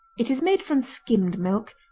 it is made from skimmed milk,